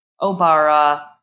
Obara